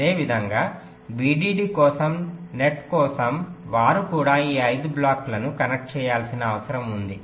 అదేవిధంగా VDD కోసం net కోసం వారు కూడా ఈ 5 బ్లాక్లను కనెక్ట్ చేయాల్సిన అవసరం ఉంది